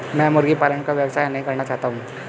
मैं मुर्गी पालन का व्यवसाय नहीं करना चाहता हूँ